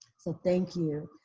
so thank you,